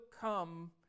come